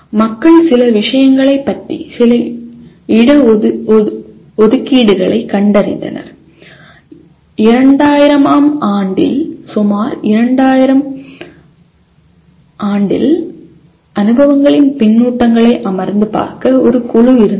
மக்கள் சில விஷயங்களைப் பற்றி சில இட ஒதுக்கீடுகளைக் கண்டறிந்தனர் 2000 ஆம் ஆண்டில் சுமார் 2000 ஆம் ஆண்டில் அனுபவங்களின் பின்னூட்டங்களை அமர்ந்து பார்க்க ஒரு குழு இருந்தது